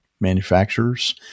manufacturers